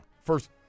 First